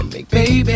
Baby